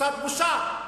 קצת בושה.